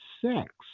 sex